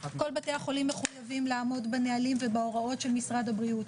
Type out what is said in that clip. כל בתי החולים מחויבים לעמוד בנהלים ובהוראות של משרד הבריאות.